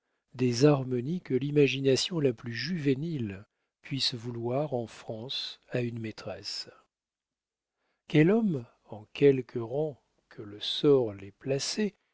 des harmonies que l'imagination la plus juvénile puisse vouloir en france à une maîtresse quel homme en quelque rang que le sort l'ait